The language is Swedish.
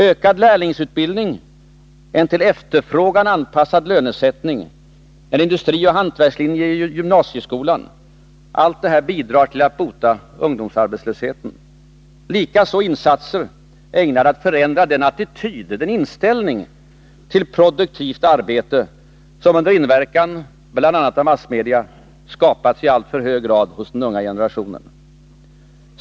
Ökad lärlingsutbildning, en till efterfrågan anpassad lönesättning samt en industrioch hantverkslinje inom gymnasieskolan bidrar till att bota ungdomsarbetslösheten, likaså insatser ägnade att förändra den attityd till produktivt arbete som — under inverkan bl.a. av massmedia — skapats i alltför hög grad hos den unga generationen.